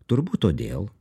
turbūt todėl